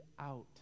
out